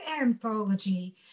anthology